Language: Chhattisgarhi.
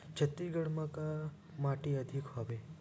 छत्तीसगढ़ म का माटी अधिक हवे?